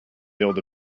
build